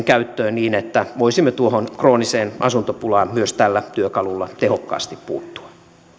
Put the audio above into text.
käyttöön niin että voisimme tuohon krooniseen asuntopulaan myös tällä työkalulla tehokkaasti puuttua